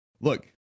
look